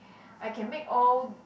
I can make all